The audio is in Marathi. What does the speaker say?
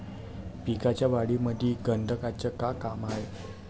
पिकाच्या वाढीमंदी गंधकाचं का काम हाये?